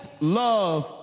love